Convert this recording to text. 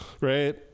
Right